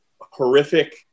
horrific